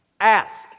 Ask